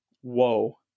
whoa